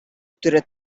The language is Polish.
które